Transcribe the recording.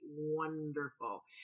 wonderful